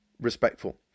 respectful